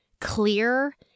clear